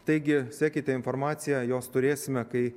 taigi sekite informaciją jos turėsime kai